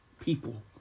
people